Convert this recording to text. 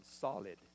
solid